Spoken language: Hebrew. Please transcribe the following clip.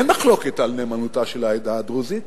אין מחלוקת על נאמנותה של העדה הדרוזית.